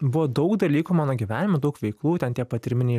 buvo daug dalykų mano gyvenime daug veiklų ten tie patyriminiai